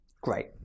Great